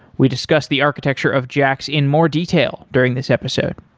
we discuss the architecture of jaxx in more detail during this episode.